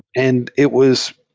and it was